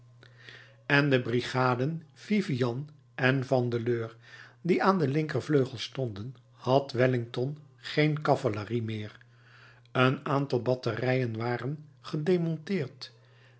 en de brigaden vivian en vandeleur die aan den linkervleugel stonden had wellington geen cavalerie meer een aantal batterijen waren